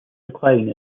decline